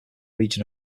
region